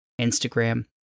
Instagram